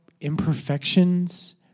imperfections